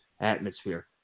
atmosphere